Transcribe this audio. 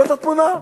זאת התמונה.